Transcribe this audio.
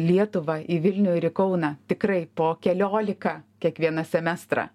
lietuvą į vilnių ir į kauną tikrai po keliolika kiekvieną semestrą